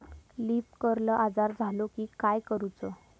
Leaf curl आजार झालो की काय करूच?